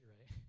right